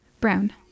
Brown